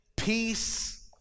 Peace